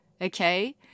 Okay